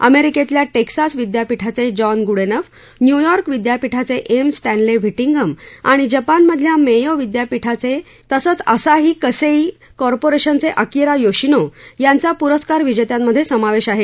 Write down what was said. अमेरिकेतल्या टेक्सास विद्यापीठाचे John Goodenough New York विद्यापीठावे एम स्टॅनले व्हिटिंघम आणि जपानमधल्या मेयो विद्यापीठाचे तसंच असाही कसेई कॉर्पोरेशनचे अकिरा योशीनो यांचा पुरस्कार विजेत्यांमध्ये समावेश आहे